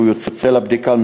הוא יוצא לבדיקה.